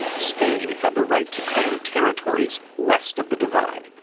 spain had the right to claim territories west of the divide,